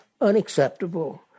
unacceptable